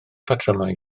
patrymau